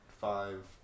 five